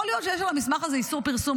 יכול להיות שיש במסמך הזה איסור פרסום.